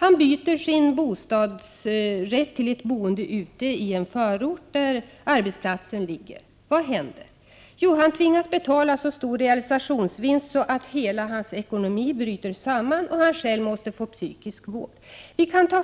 Han byter sin bostadsrätt till ett boende ute i den förort där arbetsplatsen ligger. Vad händer? Jo, han tvingas betala så stor realisationsvinst att hela hans ekonomi bryter samman och han själv måste få psykisk vård.